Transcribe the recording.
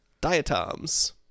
Diatoms